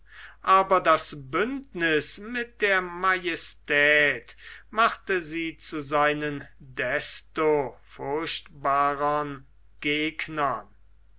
aber das bündniß mit der majestät machte sie zu seinen desto furchtbarern gegnern